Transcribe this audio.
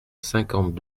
cinquante